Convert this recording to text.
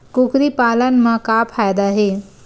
कुकरी पालन म का फ़ायदा हे?